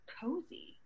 cozy